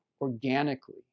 organically